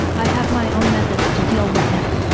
i have my own methods to deal with him?